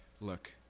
look